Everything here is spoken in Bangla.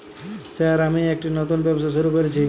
স্যার আমি একটি নতুন ব্যবসা শুরু করেছি?